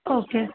okay